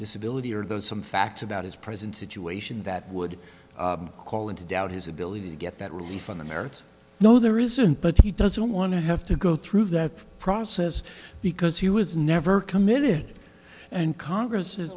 disability are those some facts about his present situation that would call into doubt his ability to get that relief on the merits no there isn't but he doesn't want to have to go through that process because he was never committed and congress